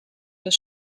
des